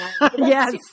Yes